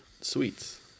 sweets